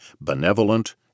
benevolent